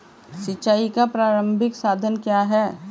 सिंचाई का प्रारंभिक साधन क्या है?